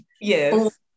yes